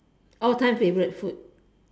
all time favourite food